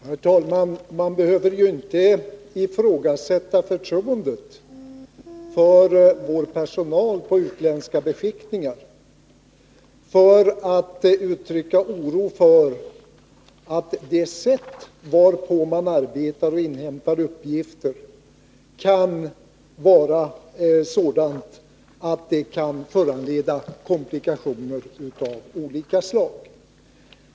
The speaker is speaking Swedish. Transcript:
Herr talman! Man behöver väl inte ifrågasätta förtroendet för vår personal på utländska beskickningar bara därför att man uttrycker oro för att det sätt varpå de arbetar och inhämtar uppgifter kan vara sådant att det kan föranleda komplikationer av olika slag.